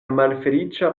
malfeliĉa